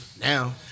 Now